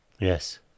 Yes